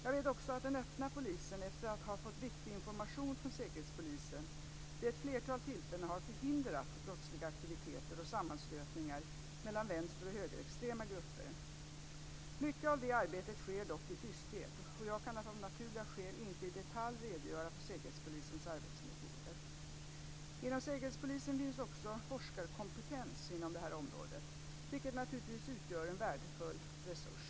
Jag vet också att den öppna polisen, efter att ha fått viktig information från säkerhetspolisen, vid ett flertal tillfällen har förhindrat brottsliga aktiviteter och sammanstötningar mellan vänster och högerextrema grupper. Mycket av det arbetet sker dock i tysthet och jag kan av naturliga skäl inte i detalj redogöra för säkerhetspolisens arbetsmetoder. Inom säkerhetspolisen finns också forskarkompetens inom detta område vilket naturligtvis utgör en värdefull resurs.